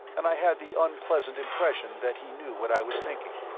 and i had the unpleasant impression that he knew what i was thinking.